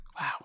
Wow